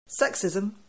Sexism